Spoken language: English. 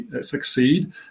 succeed